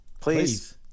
Please